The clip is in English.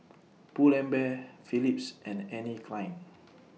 Pull and Bear Philips and Anne Klein